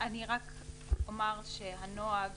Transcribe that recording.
רק אומר שהנוהג